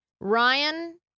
Ryan